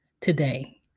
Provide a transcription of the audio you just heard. today